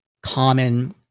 common